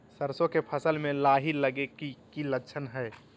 सरसों के फसल में लाही लगे कि लक्षण हय?